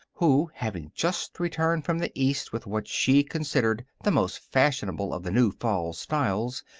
who, having just returned from the east with what she considered the most fashionable of the new fall styles,